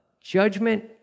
Judgment